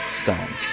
stone